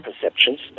perceptions